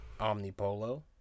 Omnipolo